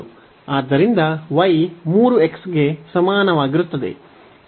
ಆದ್ದರಿಂದ y 3x ಗೆ ಸಮಾನವಾಗಿರುತ್ತದೆ